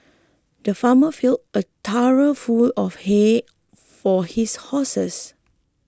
the farmer filled a trough full of hay for his horses